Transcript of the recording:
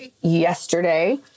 yesterday